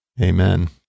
amen